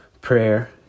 prayer